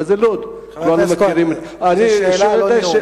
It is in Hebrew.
זה לוד, חבר הכנסת כהן, זאת שאלה ולא נאום.